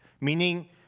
meaning